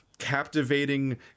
captivating